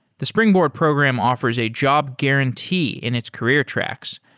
the springboard program offers a job guarantee in its career tracks,